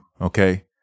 okay